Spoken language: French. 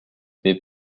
mais